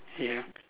ya